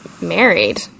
married